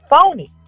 phony